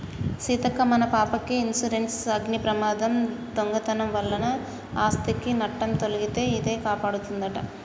సీతక్క మన పాపకి ఇన్సురెన్సు అగ్ని ప్రమాదం, దొంగతనం వలన ఆస్ధికి నట్టం తొలగితే ఇదే కాపాడదంట